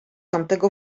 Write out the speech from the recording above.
tamtego